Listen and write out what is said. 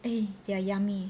eh they are yummy